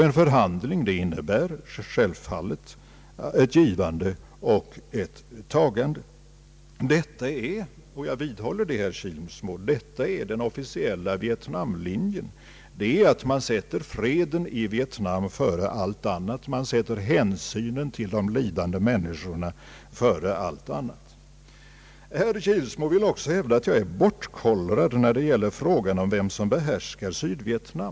En förhandling innebär självfallet ett givande och ett tagande. Detta är — och jag vidhåller det, herr Kilsmo — den officiella Vietnamlinjen. Det är att man sätter freden före allt annat, man sätter hänsynen till de lidande människorna före allt annat. Herr Kilsmo vill också hävda att jag är bortkollrad när det gäller frågan om vem som behärskar Sydvietnam.